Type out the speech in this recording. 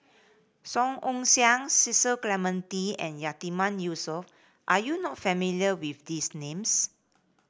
Song Ong Siang Cecil Clementi and Yatiman Yusof are you not familiar with these names